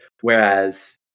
Whereas